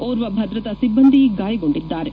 ಓರ್ವ ಭದ್ರತಾ ಸಿಬ್ಲಂದಿ ಗಾಯಗೊಂಡಿದ್ದಾರೆ